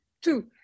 Two